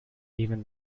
even